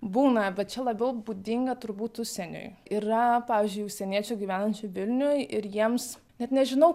būna bet čia labiau būdinga turbūt užsieniui yra pavyzdžiui užsieniečių gyvenančių vilniuj ir jiems net nežinau